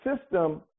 system